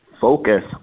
focus